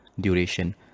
duration